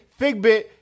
Figbit